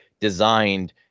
designed